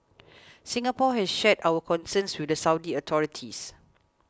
Singapore has shared our concerns with the Saudi authorities